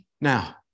Now